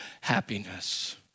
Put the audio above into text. happiness